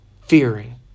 fearing